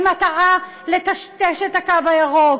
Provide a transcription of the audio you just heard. במטרה לטשטש את הקו הירוק,